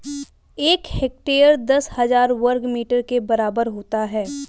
एक हेक्टेयर दस हजार वर्ग मीटर के बराबर होता है